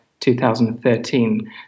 2013